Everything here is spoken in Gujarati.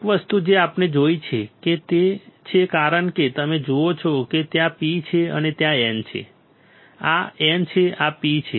એક વસ્તુ જે આપણે જોઈએ છીએ તે છે કારણ કે તમે જુઓ છો કે ત્યાં P છે અને ત્યાં N છે આ N છે આ P છે